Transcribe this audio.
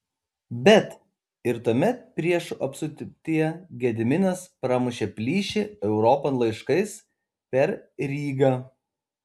bet ir tuomet priešų apsuptyje gediminas pramušė plyšį europon laiškais per rygą